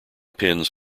pins